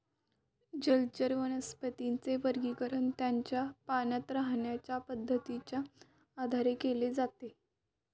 जलचर वनस्पतींचे वर्गीकरण त्यांच्या पाण्यात राहण्याच्या पद्धतीच्या आधारे केले जाते